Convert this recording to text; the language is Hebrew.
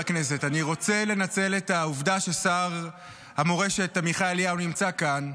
אני רוצה לנצל את העובדה ששר המורשת עמיחי אליהו נמצא כאן,